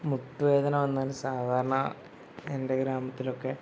മുട്ട് വേദന വന്നാൽ സാധാരണ എൻ്റെ ഗ്രാമത്തിൽ ഒക്കെ